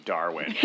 Darwin